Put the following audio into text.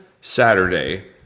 Saturday